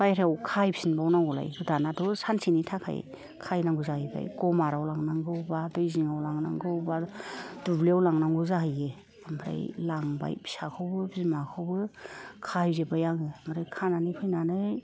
बायह्रायाव खाहैफिनबाव नांगौ लाय दानाथ' सानसेनि थाखाइ खाहैनांगौ जायोलाय ग'माराव लांनांगौ बा दै जिङाव लांनांगौ बा दुब्लियाव लांनांगौ जाहैयो ओमफ्राय लांबाय फिसाखौबो बिमाखौबो खाहैजोबबाय आङो ओमफ्राय खानानै फैनानै